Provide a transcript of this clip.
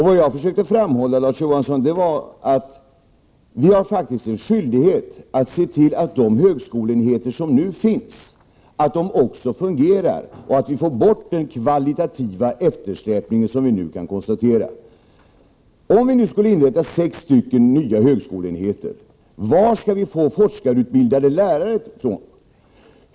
Vad jag ville framhålla, Larz Johansson, var att det faktiskt är vår skyldighet att se till att de högskoleenheter som nu finns också fungerar. Vidare måste vi få bort den kvalitativa eftersläpning som vi nu kan konstatera. Om sex nya högskoleenheter inrättas, varifrån skall vi då få forskarutbildade lärare?